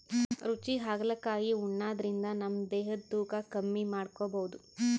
ರುಚಿ ಹಾಗಲಕಾಯಿ ಉಣಾದ್ರಿನ್ದ ನಮ್ ದೇಹದ್ದ್ ತೂಕಾ ಕಮ್ಮಿ ಮಾಡ್ಕೊಬಹುದ್